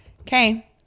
Okay